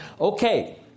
Okay